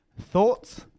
Thoughts